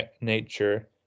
nature